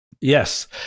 Yes